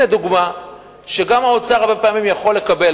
הנה דוגמה שגם האוצר הרבה פעמים יכול לקבל